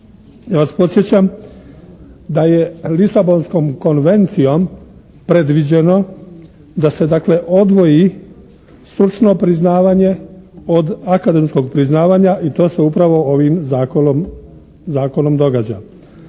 Ja vas podsjećam da je Lisabonskom konvencijom predviđeno da se dakle odvoji stručno priznavanje od akademskog priznavanja i to se upravo ovim zakonom događa.